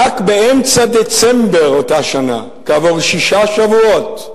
רק באמצע דצמבר אותה שנה, כעבור שישה שבועות,